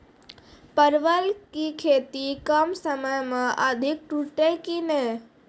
परवल की खेती कम समय मे अधिक टूटते की ने?